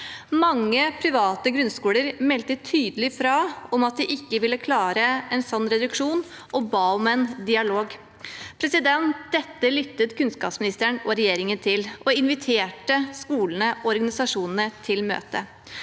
Mange private grunnskoler meldte tydelig fra om at de ikke ville klare en sånn reduksjon, og ba om dialog. Dette lyttet kunnskapsministeren og regjeringen til og inviterte skolene og organisasjonene til møte.